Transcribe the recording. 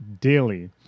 daily